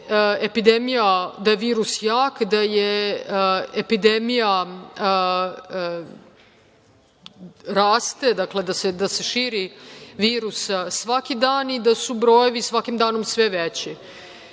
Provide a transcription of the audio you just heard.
da je virus jak, da epidemija raste, da se širi virus svaki dan i da su brojevi svakim danom sve veći. Danas